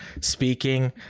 speaking